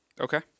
Okay